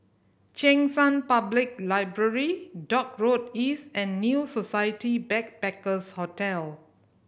Cheng San Public Library Dock Road East and New Society Backpackers' Hotel